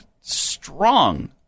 strong